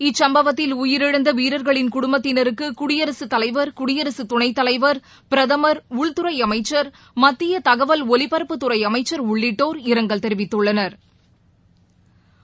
இச்சம்பவத்தில் உயிரிழந்தவீரர்களின் குடும்பத்தினருக்குடியரசுத் தலைவர் குடியரசுத்துணைத் தலைவர் பிரதமா் உள்துறைஅமைச்சா் மத்தியதகவல் ஒலிபரப்புத்துறைஅமைச்சா் உள்ளிட்டோர் இரங்கல் தெரிவித்தள்ளனா்